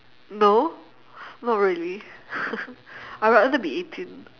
no not really I'd rather be eighteen